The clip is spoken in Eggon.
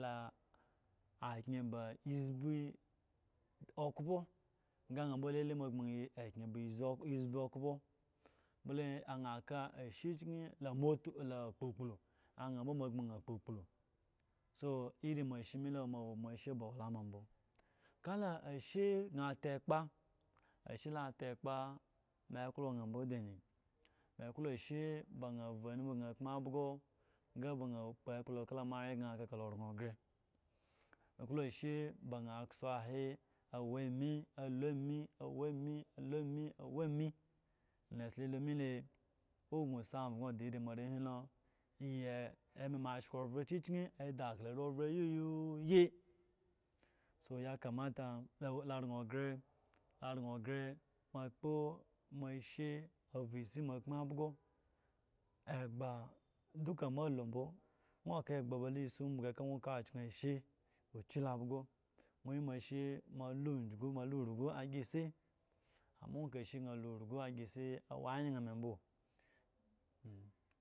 akyen ba ebzu okpo sa na mbo lele mo apno na akyen ba embzu okpo okpo bole an aka ashe kye la amo asbgble an mbo la moo agno an gbogbolo so iri mo ashe me lo mo awo mo ashe ba owalama mbo kala ashe san atekpo ashe la ate kpo me eklo an mbo dani me eklo ashe ban avu anumu gan akama byo ka ban akpo akpolo ka mo awye gan ka yi oran gan eklo she ba na atzu ahe awo ame ensala alo me le awo gno a van ode ada akala ari ove ayuyiyi so yakamata lo oran agre aran gre ma kpo mo she avu esi mo akama byo egba duka mo alo mbo nwo oka egba la esa umbugu eka nwo la ryushe kyu la abgo na yi mo she alo orugu ujugu agrese amma nwo ka ashe gan alo orugu agrese awo ayna me mbo